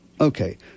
okay